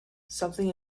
something